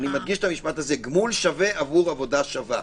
מדגיש את זה - עבור עבודה שווה.